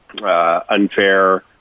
unfair